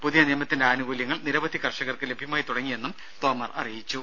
പുതിയ നിയമത്തിന്റെ ആനുകൂല്യങ്ങൾ നിരവധി കർഷകർക്ക് ലഭ്യമായി തുടങ്ങിയെന്നും തോമർ അറിയിച്ചു